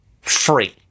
free